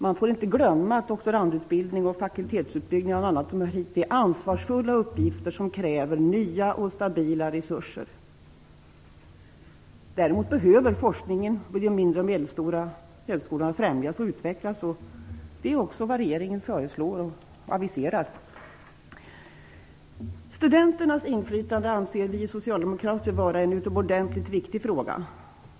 Man får inte glömma att doktorandutbildning, fakultetsutbyggnad och annat som hör hit är ansvarsfulla uppgifter som kräver nya och stabila resurser. Däremot behöver forskningen främjas och utvecklas vid de mindre och medelstora högskolorna. Det är också vad regeringen föreslår och aviserar. Studenternas inflytande anser vi socialdemokrater vara en utomordentligt viktig fråga.